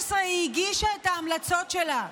וב-2016 היא הגישה את ההמלצות שלה,